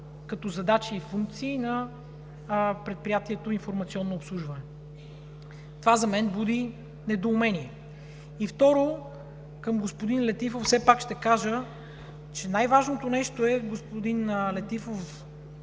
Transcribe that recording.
като задачи и функции на предприятието „Информационно обслужване“. Това за мен буди недоумение. И, второ, към господин Летифов. Все пак ще кажа, че най-важното нещо, господин Летифов,